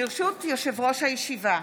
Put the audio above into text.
ברשות יושב-ראש הישיבה,